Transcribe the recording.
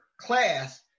class